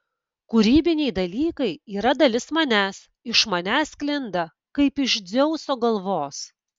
kūrybiniai dalykai yra dalis manęs iš manęs sklinda kaip iš dzeuso galvos